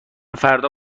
فردا